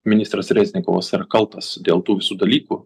ministras reznikovos yra kaltas dėl tų visų dalykų